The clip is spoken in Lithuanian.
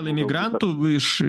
imigrantų iš